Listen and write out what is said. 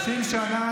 לי זה ברור 30 שנה.